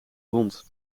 wond